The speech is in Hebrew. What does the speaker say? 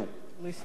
אני מסיים מייד.